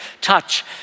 touch